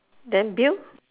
then bill